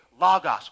logos